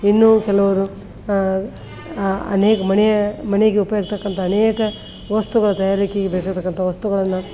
ಇನ್ನು ಕೆಲವರು ಅನೇಕ ಮನೆಯ ಮನೆಗೆ ಉಪಯೋಗಾಕ್ತಕ್ಕಂತ ಅನೇಕ ವಸ್ತುಗಳ ತಯಾರಿಕೆಗೆ ಬೇಕಾಗ್ತಕ್ಕಂತ ವಸ್ತುಗಳನ್ನು